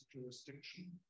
jurisdiction